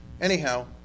Anyhow